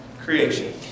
creation